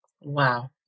Wow